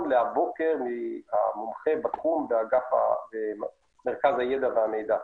לבוקר מהמומחה בתחום במרכז הידע והמידע.